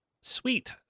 Sweet